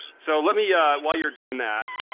so let me yeah while you're doing that,